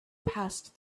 passed